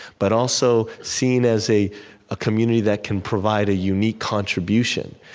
but also seen as a a community that can provide a unique contribution.